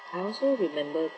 I also remembered